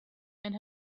and